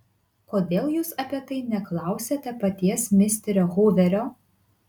kodėl jūs apie tai neklausiate paties misterio huverio